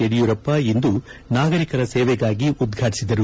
ಯಡಿಯೂರಪ್ಪ ಇಂದು ನಾಗರಿಕರ ಸೇವೆಗಾಗಿ ಉದ್ಘಾಟಿಸಿದರು